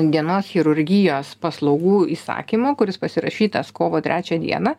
dienos chirurgijos paslaugų įsakymo kuris pasirašytas kovo trečią dieną